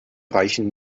reichen